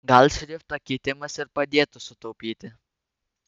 gal šrifto keitimas ir padėtų sutaupyti